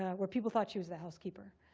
ah where people thought she was the housekeeper,